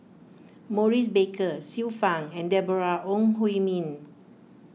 Maurice Baker Xiu Fang and Deborah Ong Hui Min